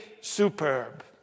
superb